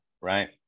right